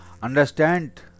Understand